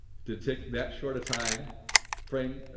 it did take that short a time frame, ah,